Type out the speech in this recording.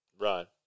Right